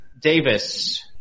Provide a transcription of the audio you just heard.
Davis